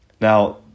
Now